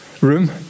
room